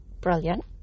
brilliant